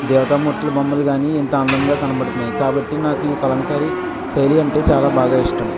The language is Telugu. దేవతామూర్తులు బొమ్మలు కానీ ఇంత అందంగా కనబడుతున్నాయి కాబట్టి నాకు ఈ కలంకారీ శైలి అంటే చాలా బాగా ఇష్టం